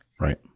Right